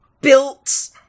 built